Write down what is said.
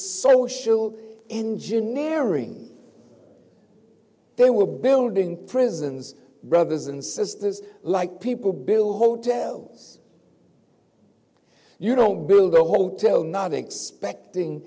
social engineering they were building prisons brothers and sisters like people bill hotels you don't build a hotel not expecting